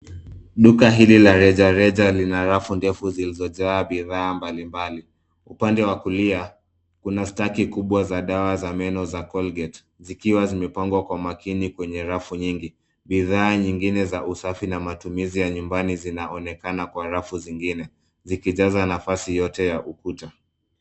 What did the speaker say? Duka la rejareja lina rafu ndefu zilizojaa bidhaa mbalimbali, upande wa kulia kuna staki kubwa za meno za colgate zikiwa zimepangwa kwa makini kwenye rafu nyingi. Bidhaa nyingine za usafi na matimizi mengine ya nyumbani zinaonekana kwa rafu zingine zikijaza nafasi yote ya ukuta.